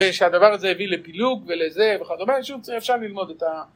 כשהדבר הזה הביא לפילוג ולזה וכדומה שוב אפשר ללמוד את ה...